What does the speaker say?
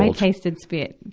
ah tasted spit.